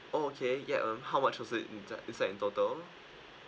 oh okay ya um how much was it insi~ inside in total